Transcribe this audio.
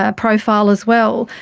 ah profile as well,